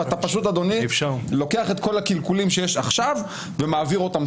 אתה פשוט לוקח את כל הקלקולים שיש עכשיו ומעביר אותם צד,